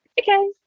okay